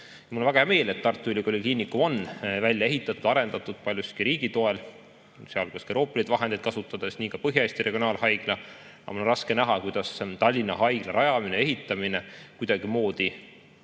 Mul on väga hea meel, et Tartu Ülikooli Kliinikum on välja ehitatud ja arendatud paljuski riigi toel, sealhulgas ka Euroopa Liidu vahendeid kasutades, nii ka Põhja-Eesti Regionaalhaigla. Aga mul on raske näha, kuidas Tallinna Haigla rajamine, ehitamine kuidagimoodi